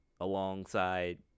alongside